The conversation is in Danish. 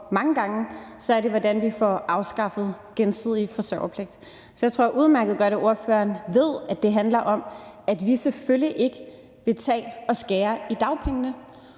mange gange, er det, hvordan vi får afskaffet gensidig forsørgerpligt. Så jeg tror, at spørgeren udmærket godt ved, at det handler om, at vi selvfølgelig ikke vil skære i dagpengene.